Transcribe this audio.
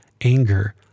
anger